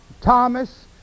Thomas